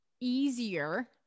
easier